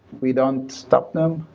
we don't stop them.